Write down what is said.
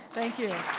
thank you.